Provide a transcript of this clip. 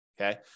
Okay